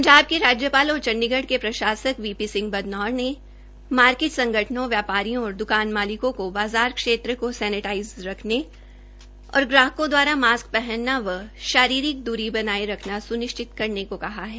पंजाब के राज्यपाल और चंडीगए के प्रशासक वी पी सिंह बदनौर ने मार्किट संगठनों व्यापारियों और द्कानदारों को बाज़ार क्षेत्र को सैनेटाइज रखने और ग्राहकों द्वारा मास्क पहनना व शारीरिक दूरी बनाये रखने स्निश्चित करने को कहा है